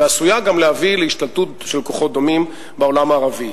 ועשויה גם להביא להשתלטות של כוחות דומים בעולם הערבי.